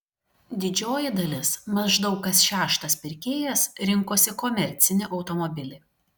didžioji dalis maždaug kas šeštas pirkėjas rinkosi komercinį automobilį